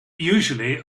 usually